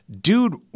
Dude